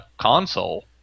console